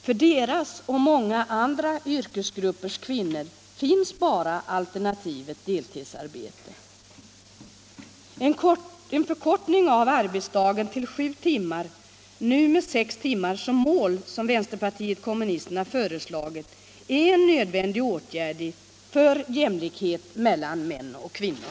För deras och många andra yrkesgruppers kvinnor finns bara alternativet deltidsarbete. En förkortning av arbetsdagen till sju timmar — nu med sex timmar som mål, vilket vänsterpartiet kommunisterna föreslagit — är en nödvändig åtgärd för jämlikhet mellan män och kvinnor.